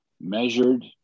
measured